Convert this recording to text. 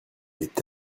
est